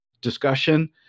discussion